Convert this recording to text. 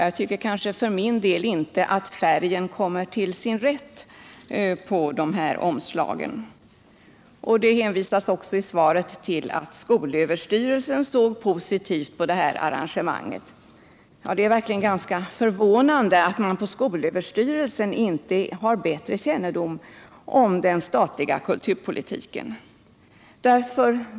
Jag tycker för min del inte att färgen kommer till sin rätt på omslagen. Det hänvisas också i svaret till att skolöverstyrelsen såg positivt på arrangemanget. Det är verkligen ganska förvånande att man på skolöverstyrelsen inte har bättre kännedom om den statliga kulturpolitiken.